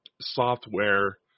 software